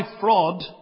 fraud